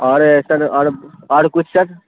ارے sir اور اور کچھ سر